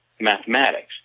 mathematics